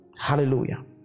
hallelujah